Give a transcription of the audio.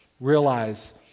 realize